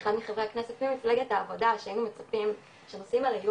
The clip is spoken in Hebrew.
אחד מחברי הכנסת ממפלגת העבודה שהיינו מצפים שהנושאים האלה יהיו